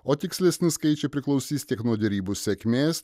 o tikslesni skaičiai priklausys tiek nuo derybų sėkmės